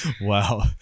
wow